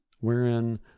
wherein